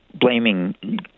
blaming